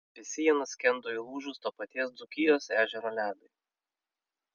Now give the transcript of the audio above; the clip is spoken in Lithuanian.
visi jie nuskendo įlūžus to paties dzūkijos ežero ledui